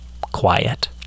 quiet